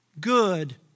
good